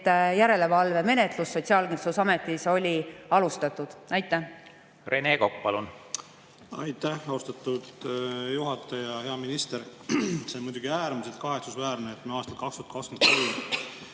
et järelevalvemenetlus Sotsiaalkindlustusametis oli alustatud. Rene Kokk, palun! Aitäh, austatud juhataja! Hea minister! See on muidugi äärmiselt kahetsusväärne, et me aastal 2023